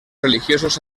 religiosos